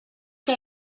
que